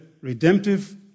redemptive